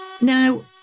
Now